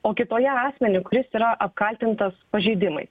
o kitoje asmenį kuris yra apkaltintas pažeidimai